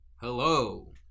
Hello